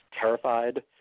terrified